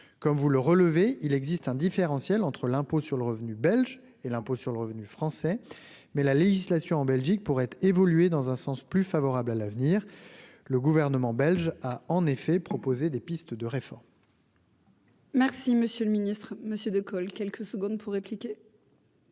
comme vous le relevez il existe un différentiel entre l'impôt sur le revenu, belge et l'impôt sur le revenu français mais la législation en Belgique pourrait évoluer dans un sens plus favorable à l'avenir, le gouvernement belge a en effet proposé des pistes de réforme. Merci, monsieur le Ministre Monsieur de colle quelques secondes pour répliquer.